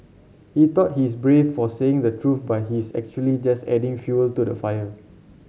he thought he's brave for saying the truth but he's actually just adding fuel to the fire